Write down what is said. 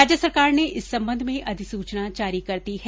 राज्य सरकार ने इस संबंध में अधिसूचना जारी कर दी है